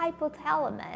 hypothalamus